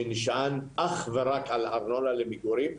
שנשען אך ורק על ארנונה למגורים,